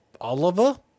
Oliver